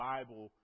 Bible